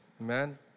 Amen